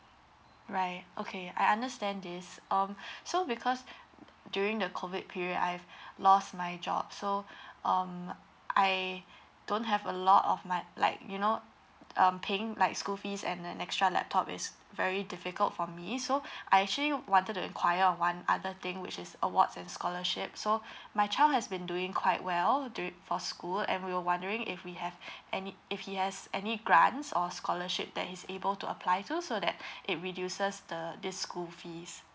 right okay I understand this um so because during the COVID period I've lost my job so um I don't have a lot of my like you know um paying like school fees and then extra laptop is very difficult for me so I actually wanted to enquire on one other thing which is awards and scholarship so my child has been doing quite well during for school and we were wondering if we have any if he has any grants or scholarship that he's able to apply to so that it reduces the this school fees